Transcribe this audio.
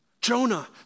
Jonah